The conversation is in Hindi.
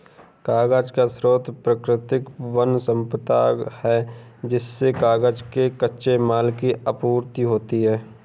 कागज का स्रोत प्राकृतिक वन सम्पदा है जिससे कागज के कच्चे माल की आपूर्ति होती है